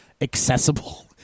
accessible